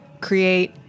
create